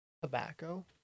Tobacco